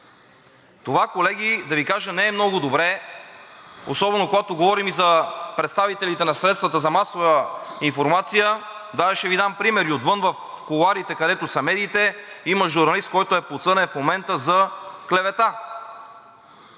Това, колеги, да Ви кажа, не е много добре, особено когато говорим и за представителите на средствата за масова информация. Даже ще Ви дам пример. И отвън, в кулоарите, където са медиите, има журналист, който е подсъден в момента за клевета.